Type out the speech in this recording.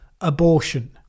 abortion